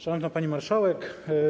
Szanowna Pani Marszałek!